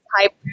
type